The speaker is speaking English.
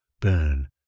burn